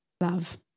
love